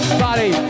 body